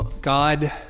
God